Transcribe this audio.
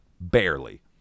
barely